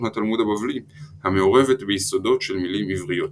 התלמוד הבבלי המעורבת ביסודות של מילים עבריות.